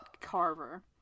carver